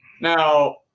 now